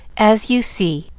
as you see,